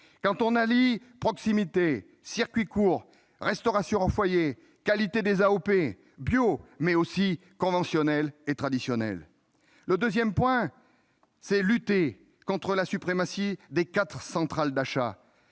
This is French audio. quand on allie proximité, circuits courts, restauration hors foyer, qualité des AOP, du bio, mais aussi du conventionnel et du traditionnel. Deuxièmement, il faut lutter contre la suprématie des quatre centrales d'achat.